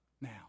Now